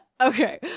okay